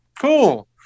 cool